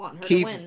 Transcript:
keep